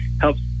helps